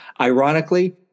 Ironically